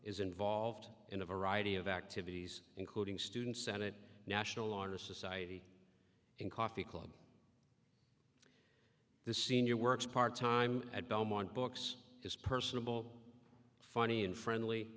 is involved in a variety of activities including student senate national honor society and coffee club the senior works part time at belmont books is personable funny and friendly